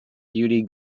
beauty